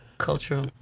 cultural